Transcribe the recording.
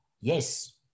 yes